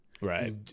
right